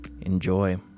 Enjoy